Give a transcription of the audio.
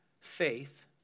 faith